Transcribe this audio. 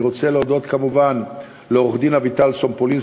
אני רוצה להודות כמובן לעורכת-הדין אביטל סומפולינסקי,